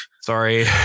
Sorry